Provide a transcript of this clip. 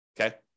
Okay